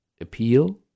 appeal